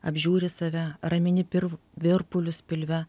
apžiūri save ramini pir virpulius pilve